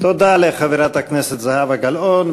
תודה לחברת הכנסת זהבה גלאון.